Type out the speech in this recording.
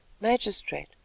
Magistrate